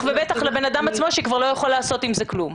לבן אדם עצמו שכבר לא יכול לעשות עם זה כלום.